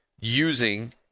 using